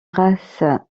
race